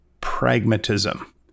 pragmatism